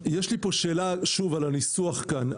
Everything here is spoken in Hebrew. יש לי פה שאלה על הניסוח כאן.